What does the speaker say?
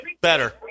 Better